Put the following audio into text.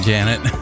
Janet